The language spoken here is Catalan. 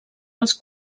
els